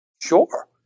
Sure